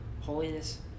Holiness